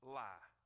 lie